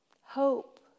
hope